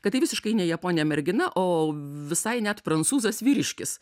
kad tai visiškai ne japonė mergina o visai net prancūzas vyriškis